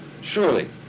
surely